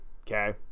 Okay